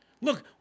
Look